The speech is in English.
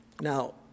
Now